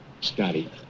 Scotty